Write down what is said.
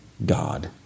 God